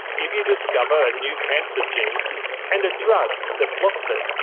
if you discover a new cancer gene and a drug that blocks it,